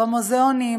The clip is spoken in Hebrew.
במוזיאונים,